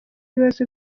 ibibazo